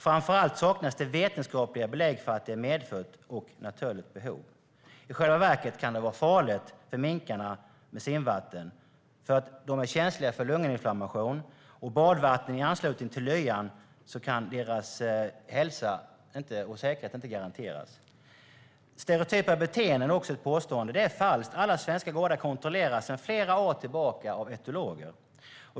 Framför allt saknas det vetenskapliga belägg för att det är ett medfött och naturligt behov. I själva verket kan det vara farligt för minkarna med simvatten eftersom de är känsliga för lunginflammation. Med badvatten i anslutning till lyan kan deras hälsa och säkerhet inte garanteras. Påståendet om stereotypa beteenden är falskt. Alla svenska gårdar kontrolleras sedan flera år tillbaka av etologer.